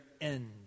end